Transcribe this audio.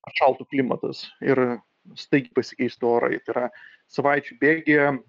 atšaltų klimatas ir staigiai pasikeistų orai tai yra savaičių bėgyje